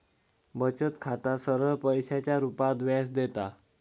बचत खाता सरळ पैशाच्या रुपात व्याज देता